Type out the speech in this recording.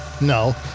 No